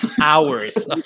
hours